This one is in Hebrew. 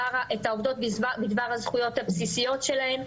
העובדות בדבר הזכויות הבסיסיות שלהן,